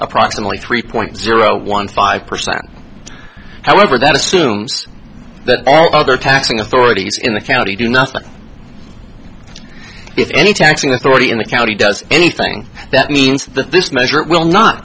approximately three point zero one five percent however that assumes that all other taxing authorities in the county do nothing if any taxing authority in the county does anything that means that this measure will not